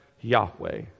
Yahweh